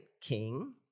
king